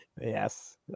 Yes